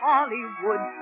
Hollywood